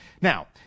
Now